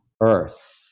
earth